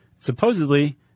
Supposedly